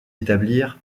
établir